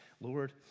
Lord